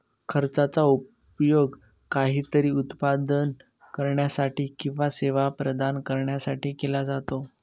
खर्चाचा उपयोग काहीतरी उत्पादन करण्यासाठी किंवा सेवा प्रदान करण्यासाठी केला जातो